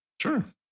Sure